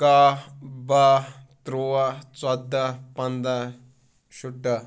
کاہہ باہہ تُرٛواہ ژۄداہ پنداہ شُراہ